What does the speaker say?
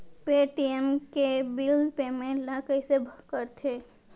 Paytm के bill payment ल कइसे करथे?